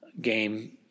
game